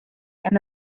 and